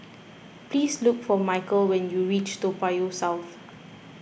please look for Micheal when you reach Toa Payoh South